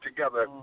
Together